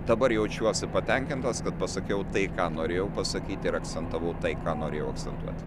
dabar jaučiuosi patenkintas kad pasakiau tai ką norėjau pasakyti ir akcentavau tai ką norėjau akcentuoti